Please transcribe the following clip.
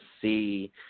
see